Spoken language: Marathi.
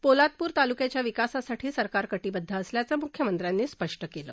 पोलादपूर तालुक्याच्या विकासासाठी सरकार कटिबध्द असल्याचं मुख्यमंत्र्यांनी स्पष्ट केलं